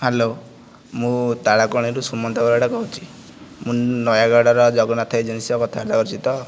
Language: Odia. ହ୍ୟାଲୋ ମୁଁ ତାଳକଣିରୁ ସୁମନ୍ତ ବରାଡ଼ କହୁଚି ମୁଁ ନୟାଗଡ଼ର ଜଗନ୍ନାଥ ଏଜେନ୍ସି ସହ କଥାବାର୍ତ୍ତା କରୁଛି ତ